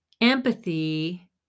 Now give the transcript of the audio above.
Empathy